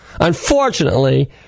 Unfortunately